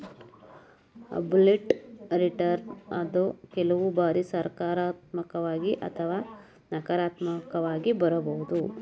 absolute return ಅದು ಕೆಲವು ಬಾರಿ ಸಕಾರಾತ್ಮಕವಾಗಿ ಅಥವಾ ನಕಾರಾತ್ಮಕವಾಗಿ ಬರಬಹುದು